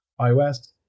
iOS